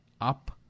up